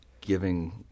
giving